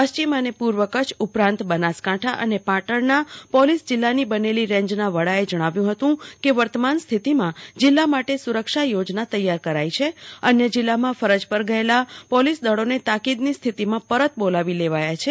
પશ્ચિમ અને પૂર્વ કચ્છ ઉપરાંત બનાસકાંઠા અને પાટણના પોલીસ જીલ્લાની બનેલી રેન્જના વડાએ જણાવ્યું હતું કે વર્તમાન સ્થિતિમાં જીલ્લા માટે સુરક્ષા યોજના તૈયાર છેઅન્ય જીલ્લામાં ફરજ પર ગયેલા પોલીસ દળોને તાકીદની સ્થિતિમાં પરત બોલાવી લેવાયા છે